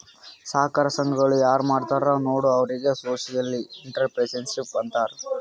ಸಹಕಾರ ಸಂಘಗಳ ಯಾರ್ ಮಾಡ್ತಾರ ನೋಡು ಅವ್ರಿಗೆ ಸೋಶಿಯಲ್ ಇಂಟ್ರಪ್ರಿನರ್ಶಿಪ್ ಅಂತಾರ್